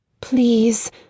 Please